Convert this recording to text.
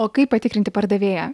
o kaip patikrinti pardavėją